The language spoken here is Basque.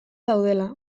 daudela